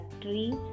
trees